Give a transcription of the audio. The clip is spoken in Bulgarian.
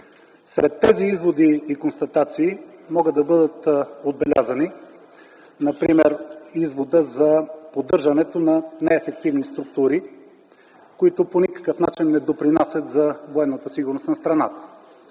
Сред тези изводи и констатации могат да бъдат отбелязани, например, изводът за поддържането на неефективни структури, които по никакъв начин не допринасят за военната сигурност на страната.